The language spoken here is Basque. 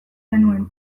genuen